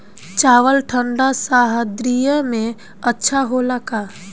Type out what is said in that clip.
चावल ठंढ सह्याद्री में अच्छा होला का?